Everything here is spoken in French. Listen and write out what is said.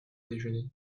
déjeuner